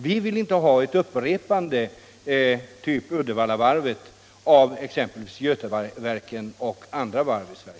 Vi vill inte ha ett upprepande av typen Uddevallavarvet med exempelvis Götaverken och andra varv i Sverige.